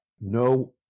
no